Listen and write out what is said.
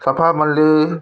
सफा मनले